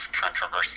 controversy